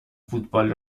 فوتبال